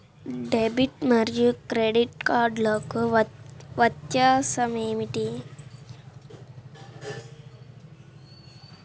Debit మరియు credit కార్డ్లకు వ్యత్యాసమేమిటీ?